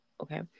Okay